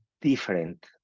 different